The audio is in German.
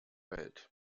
welt